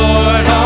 Lord